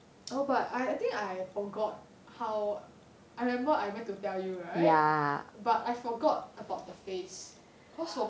oh but I I think I forgot how I remember I went to tell you right but I forgot about the face cause